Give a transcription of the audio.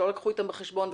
שלא לקחו אותם בחשבון,